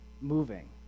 moving